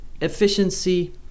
efficiency